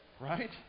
Right